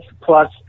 plus